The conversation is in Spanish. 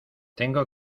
tengo